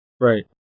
Right